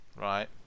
Right